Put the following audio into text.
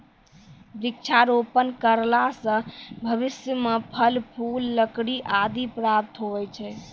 वृक्षारोपण करला से भविष्य मे फल, फूल, लकड़ी आदि प्राप्त हुवै छै